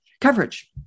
coverage